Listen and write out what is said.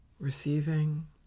receiving